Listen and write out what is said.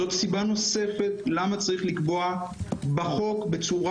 זאת סיבה נוספת למה צריך לקבוע בחוק בצורה